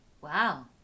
Wow